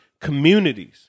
communities